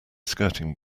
skirting